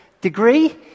degree